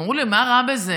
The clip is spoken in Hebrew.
אמרו לי, מה רע בזה?